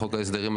בחוק ההסדרים,